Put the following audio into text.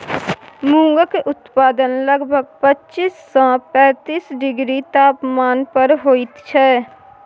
मूंगक उत्पादन लगभग पच्चीस सँ पैतीस डिग्री तापमान पर होइत छै